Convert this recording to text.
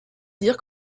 dire